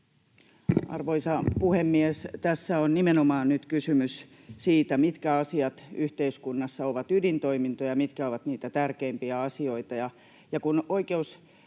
Arvoisa puhemies! Tässä on nimenomaan nyt kysymys siitä, mitkä asiat yhteiskunnassa ovat ydintoimintoja ja mitkä ovat niitä tärkeimpiä asioita.